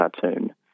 cartoon